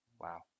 Wow